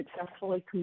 successfully